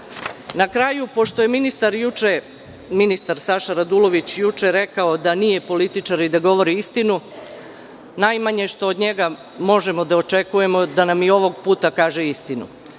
kraju, pošto je ministar Saša Radulović juče rekao da nije političar i da govori istinu, najmanje što od njega možemo da očekuje je da nam i ovog puta kaže istinu. Pitanje